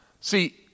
See